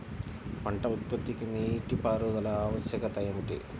పంట ఉత్పత్తికి నీటిపారుదల ఆవశ్యకత ఏమిటీ?